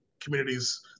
communities